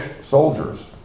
soldiers